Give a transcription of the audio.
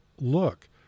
look